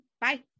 Bye